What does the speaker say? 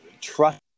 trust